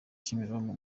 kimironko